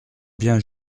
bien